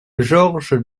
georges